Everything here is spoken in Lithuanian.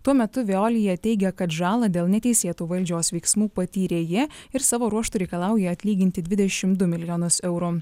tuo metu veolia teigia kad žalą dėl neteisėtų valdžios veiksmų patyrė jį ir savo ruožtu reikalauja atlyginti dvidešim du milijonus eurų